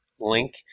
link